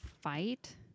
fight